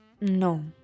No